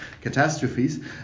catastrophes